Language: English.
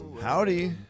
Howdy